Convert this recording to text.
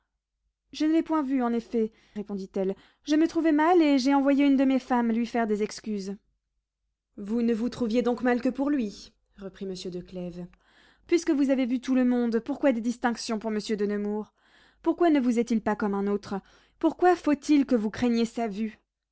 je ne l'ai point vu en effet répondit-elle je me trouvais mal et j'ai envoyé une de mes femmes lui faire des excuses vous ne vous trouviez donc mal que pour lui reprit monsieur de clèves puisque vous avez vu tout le monde pourquoi des distinctions pour monsieur de nemours pourquoi ne vous est-il pas comme un autre pourquoi faut-il que vous craigniez sa vue